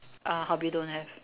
ah hope you don't have